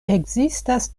ekzistas